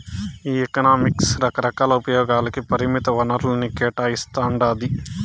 ఈ ఎకనామిక్స్ రకరకాల ఉపయోగాలకి పరిమిత వనరుల్ని కేటాయిస్తాండాది